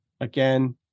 again